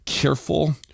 Careful